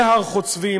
בהר-חוצבים.